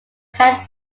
health